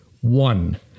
One